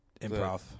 improv